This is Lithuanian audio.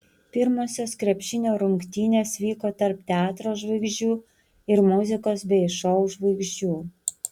pirmosios krepšinio rungtynės vyko tarp teatro žvaigždžių ir muzikos bei šou žvaigždžių